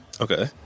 Okay